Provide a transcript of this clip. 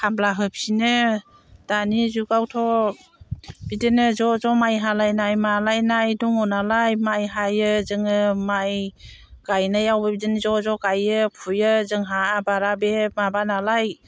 खामला होफिनो दानि जुगावथ' बिदिनो ज' ज' माइ हालायनाय मालायनाय दङ नालाय माइ हायो जोङो माइ गायनायावबो बिदिनो ज' ज' गायो फुयो जोंहा आबादा बे माबा नालाय